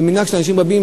זה מנהג של אנשים רבים.